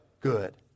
good